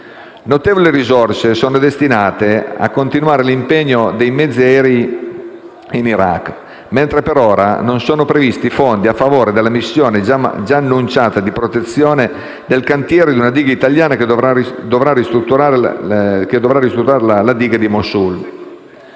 Notevoli risorse sono destinate a continuare l'impegno dei mezzi aerei in Iraq, mentre per ora non sono previsti fondi a favore della missione già annunciata di protezione del cantiere di una ditta italiana che dovrà ristrutturare la diga di Mosul.